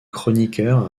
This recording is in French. chroniqueurs